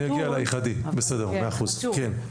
נגיע אלייך עדי, בסדר מאה אחוז, כן.